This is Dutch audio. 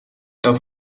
dat